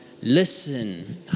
Listen